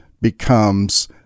becomes